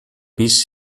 pis